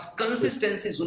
consistency